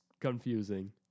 confusing